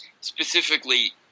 specifically